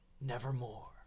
Nevermore